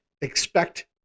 expect